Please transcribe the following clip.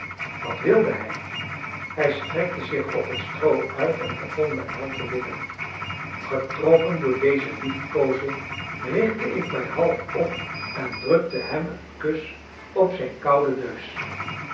wat wilde hij hij strekte zich op het stroo uit en begon mijn hand te likken getroffen door deze liefkoozing richtte ik mij half op en drukte hem een kus op zijn kouden neus